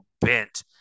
bent